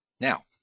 Now